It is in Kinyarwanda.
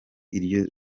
iryo